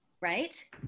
right